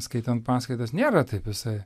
skaitant paskaitas nėra taip visai